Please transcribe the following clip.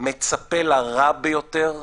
מצפה לרע ביותר.